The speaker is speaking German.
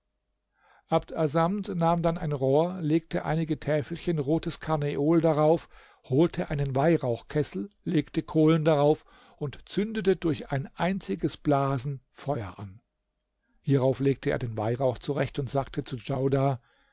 abd assamd nahm dann ein rohr legte einige täfelchen rotes karneol darauf holte einen weihrauchkessel legte kohlen darauf und zündete durch ein einziges blasen feuer an hierauf legte er den weihrauch zurecht und sagte zu djaudar